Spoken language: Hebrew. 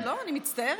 לא, אני מצטערת.